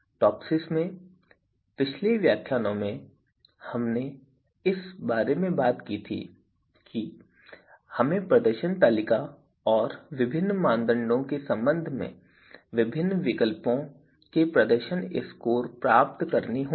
TOPSIS के पिछले व्याख्यानों में हमने इस बारे में बात की थी कि हमें प्रदर्शन तालिका और विभिन्न मानदंडों के संबंध में विभिन्न विकल्पों के प्रदर्शन स्कोर प्राप्त करने होंगे